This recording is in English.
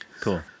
Cool